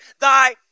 Thy